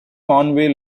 conway